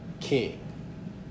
king